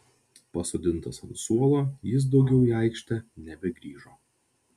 pasodintas ant suolo jis daugiau į aikštę nebegrįžo